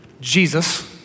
Jesus